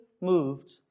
moved